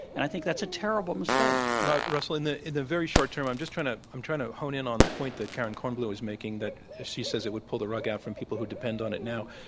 and i think that's a terrible mistake. russell, in the the very short term i'm just trying to i'm trying to hone in on the point that karen kornbluh is making, that she says it would pull the rug out from people who depend on it now.